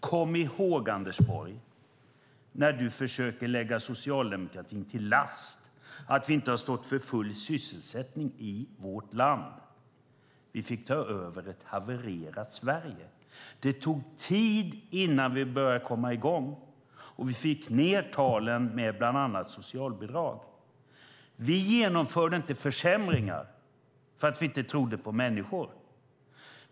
Kom ihåg, Anders Borg, när du försöker lägga socialdemokratin till last att vi inte har stått för full sysselsättning i vårt land, att vi fick ta över ett havererat Sverige. Det tog tid innan vi började komma i gång, och vi fick ned talen med bland annat socialbidrag. Vi genomförde inte försämringar för att vi inte trodde på människor.